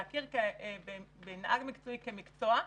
להכיר בנהג מקצועי כמקצוע,